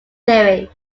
theory